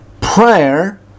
Prayer